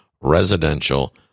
residential